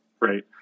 right